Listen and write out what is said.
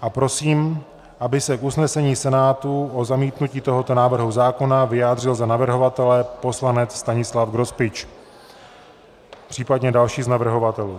a prosím, aby se k usnesení Senátu o zamítnutí tohoto návrhu zákona vyjádřil za navrhovatele poslanec Stanislav Grospič, případně další z navrhovatelů.